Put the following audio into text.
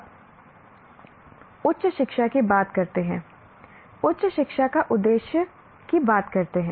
अब उच्च शिक्षा की बात करते हैं उच्च शिक्षा का उद्देश्य की बात करते हैं